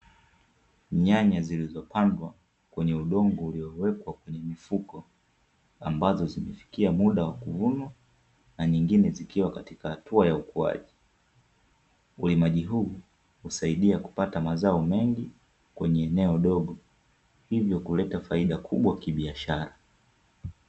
Nyanya zilizopandwa kwenye udongo uliowekwa kwenye mifuko ambazo zimefikiwa muda wa kuvunwa na nyingine zikiwa katika hatua ya ukuaji. Ulimaji huu husaidia kupata mazao mengi kwenye eneo dogo hivyo kuleta faida kubwa kibiashara.